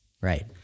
right